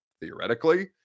theoretically